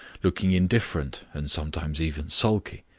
looking indifferent and sometimes even sulky,